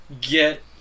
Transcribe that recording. get